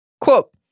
Quote